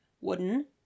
wooden